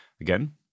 Again